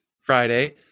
Friday